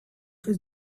his